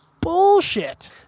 bullshit